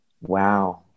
Wow